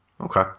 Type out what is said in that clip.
Okay